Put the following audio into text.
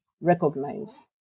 recognize